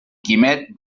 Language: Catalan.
quimet